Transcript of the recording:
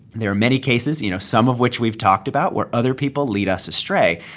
there are many cases, you know, some of which we've talked about, where other people lead us astray.